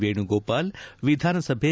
ವೇಣುಗೋಪಾಲ್ ವಿಧಾನಸಭೆ